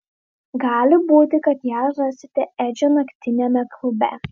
gali būti kad ją rasite edžio naktiniame klube